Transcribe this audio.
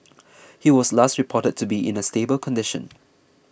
he was last reported to be in a stable condition